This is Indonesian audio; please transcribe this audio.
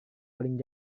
paling